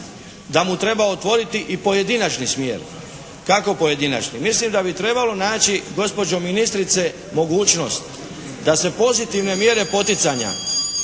da mu treba otvoriti i pojedinačni smjer. Kako pojedinačni? Mislim da bi trebalo naći gospođo ministrice mogućnost da se pozitivne mjere poticanja